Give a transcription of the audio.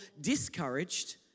discouraged